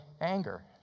anger